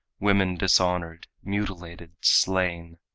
women dishonored, mutilated, slain,